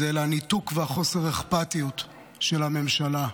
אלא הניתוק והחוסר האכפתיות של הממשלה,